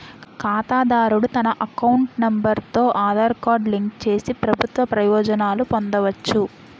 ఖాతాదారుడు తన account number తో ఆధార్ కార్డు లింక్ చేసి ప్రభుత్వ ప్రయోజనాలు పొందవచ్చు